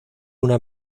una